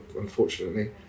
unfortunately